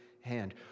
hand